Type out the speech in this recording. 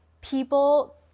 people